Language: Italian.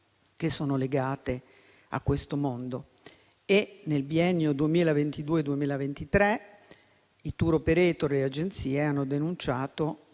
economiche legate a questo mondo. Nel biennio 2022-2023 i *tour operator* e le agenzie hanno denunciato